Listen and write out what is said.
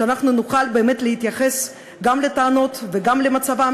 שנוכל באמת להתייחס גם לטענות וגם למצבם